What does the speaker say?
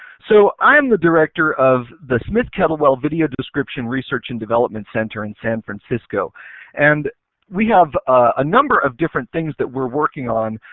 so i am the director of the smith-kettlewell video description research and development center in san francisco and we have a number of different things that we're working on,